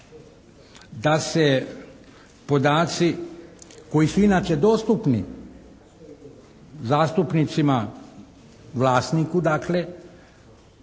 da se podaci koji su inače dostupni zastupnicima vlasniku dakle,